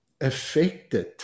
Affected